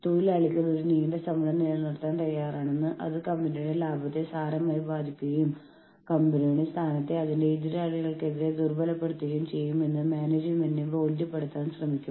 union ഒഴിവാക്കൽ തന്ത്രത്തിലേക്കുള്ള union substitution സമീപനം സജീവമായ ഹ്യൂമൻ റിസോഴ്സ് മാനേജ്മെന്റ് സമീപനം എന്നും അറിയപ്പെടുന്നു